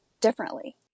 differently